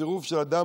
הצירוף של אדם,